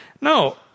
no